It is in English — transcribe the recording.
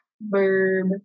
Verb